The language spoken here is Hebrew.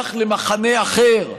ששייך למחנה אחר,